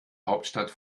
hauptstadt